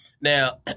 Now